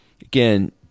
again